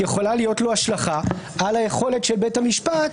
יכולה להיות לו השלכה על היכולת של בית המשפט